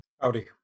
Howdy